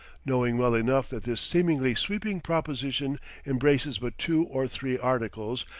knowing well enough that this seemingly sweeping proposition embraces but two or three articles,